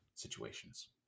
situations